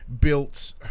built